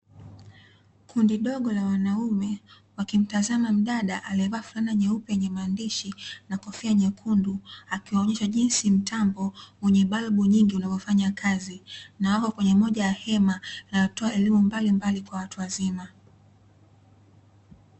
Kundi dogo la wanaume wakimtazama mdada aliyevaa fulana nyeupe yenye maandishi na kofia nyekundu akiwaonyesha jinsi mtambo wenye balbu nyingi unavyofanya kazi na wako kwenye moja ya hema linalotoa elimu mbalimbali kwa watu wazima .